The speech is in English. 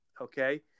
okay